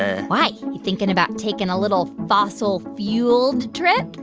ah why? you thinking about taking a little fossil-fueled trip?